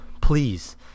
please